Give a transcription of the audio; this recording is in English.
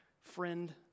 friend